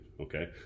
Okay